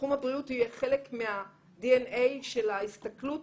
שתחום הבריאות יהיה חלק מהדי.אן.איי של ההסתכלות